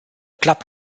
club